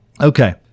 okay